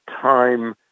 time